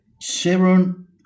chevron